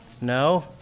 No